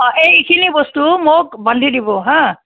অঁ এইখিনি বস্তু মোক বান্ধি দিব হাঁ